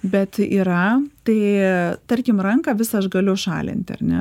bet yra tai tarkim ranką visą aš galiu šalinti ar ne